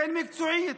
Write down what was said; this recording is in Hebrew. כן מקצועית.